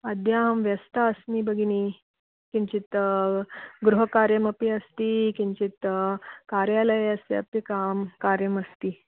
अद्याहं व्यस्ता अस्मि भगिनि किञ्चित् गृहकार्यम् अपि अस्ति किञ्चित् कार्यालयस्य अपि काम कार्यम् अस्ति